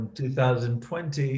2020